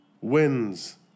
wins